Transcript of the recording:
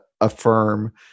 affirm